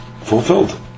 fulfilled